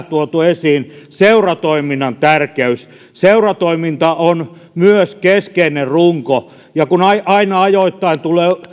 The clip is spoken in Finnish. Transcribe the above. tuotu esiin seuratoiminnan tärkeys seuratoiminta on myös keskeinen runko ja kun aina ajoittain tulee